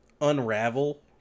unravel